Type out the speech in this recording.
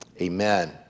amen